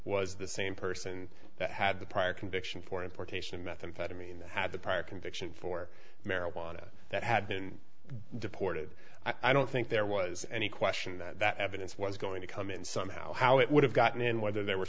was the same person that had the prior conviction for importation of methamphetamine had the prior conviction for marijuana that had been deported i don't think there was any question that that evidence was going to come in somehow how it would have gotten in whether there were